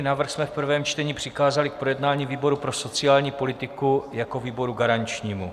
Návrh jsme v prvém čtení přikázali k projednání výboru pro sociální politiku jako výboru garančnímu.